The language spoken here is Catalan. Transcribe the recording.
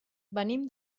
venim